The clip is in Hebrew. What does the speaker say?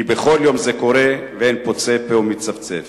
כי בכל יום זה קורה ואין פוצה פה ומצפצף.